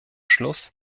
schluss